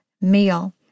meal